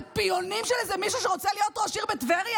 איזה פיונים של איזה מישהו שרוצה להיות ראש עיר בטבריה?